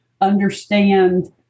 understand